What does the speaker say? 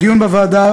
בדיון בוועדה,